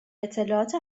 اطلاعات